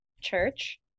church